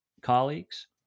colleagues